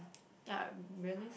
ya realism